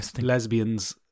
lesbians